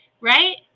right